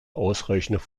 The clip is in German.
ausreichende